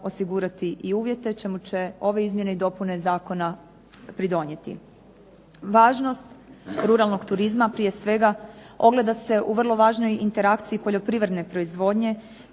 osigurati i uvjete čemu će ove izmjene i dopune zakona pridonijeti. Važnost ruralnog turizma prije svega ogleda se u vrlo važnoj interakciji poljoprivredne proizvodnje,